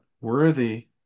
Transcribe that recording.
worthy